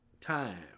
time